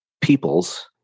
peoples